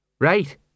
right